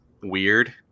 weird